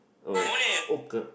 oh well